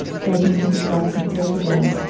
beg ging him to bless and pray for them.